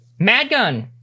Madgun